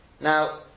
Now